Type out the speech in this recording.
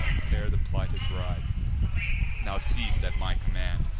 tear the plighted bride now cease at my command.